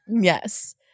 Yes